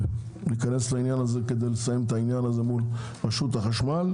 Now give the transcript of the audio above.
ניכנס לעניין הזה כדי לסיים אותו מול רשות החשמל,